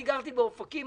אני גרתי באופקים,